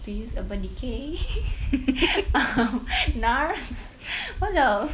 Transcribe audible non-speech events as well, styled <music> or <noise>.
to use Urban Decay <noise> um Nars <noise> what else